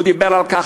הוא דיבר על כך.